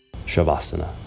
Shavasana